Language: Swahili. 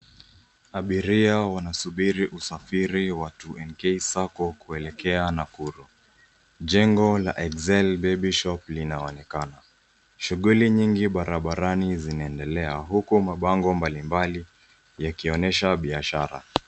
Abiria wanasubiri usafiri wa 2NK sacco kuelekea Nakuru. Jengo la Exel baby shop linaonekana. Shughuli nyingi barabarani zinaendelea, huku mabango mbalmbali yakionyesha biashara.